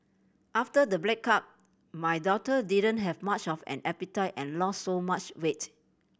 after the breakup my daughter didn't have much of an appetite and lost so much weight